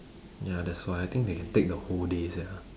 ya that's why I think they can take the whole day sia